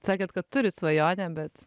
sakėt kad turit svajonę bet